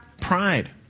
Pride